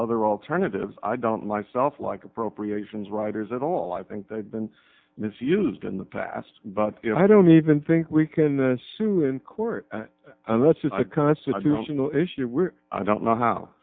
other alternatives i don't myself like appropriations writers at all i think they've been misused in the past but you know i don't even think we can assume in court and that's a constitutional issue i don't know how